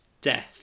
death